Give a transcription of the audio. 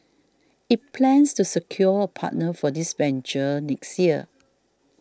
it plans to secure a partner for this venture next year